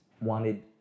wanted